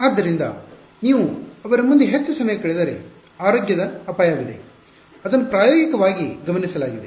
ಆದ್ದರಿಂದ ನೀವು ಅವರ ಮುಂದೆ ಹೆಚ್ಚು ಸಮಯ ಕಳೆದರೆ ಆರೋಗ್ಯದ ಅಪಾಯವಿದೆ ಅದನ್ನು ಪ್ರಾಯೋಗಿಕವಾಗಿ ಗಮನಿಸಲಾಗಿದೆ